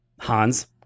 Hans